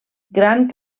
gran